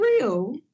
real